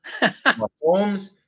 Mahomes